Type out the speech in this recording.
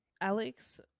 Alex